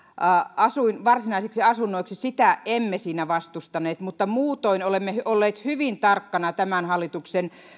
varsinaisiksi asunnoiksi sitä emme vastustaneet mutta muutoin olemme suhtautuneet hyvin tarkasti tämän hallituksen